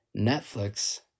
Netflix